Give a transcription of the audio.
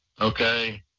okay